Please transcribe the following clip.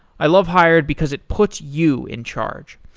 i love hired because it puts you in charge.